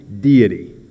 deity